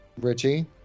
Richie